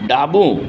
ડાબું